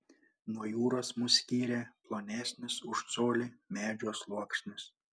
nuo jūros mus skyrė plonesnis už colį medžio sluoksnis